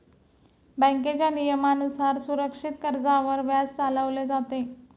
बँकेच्या नियमानुसार सुरक्षित कर्जावर व्याज चालवले जाते